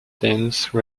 dance